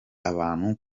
abantu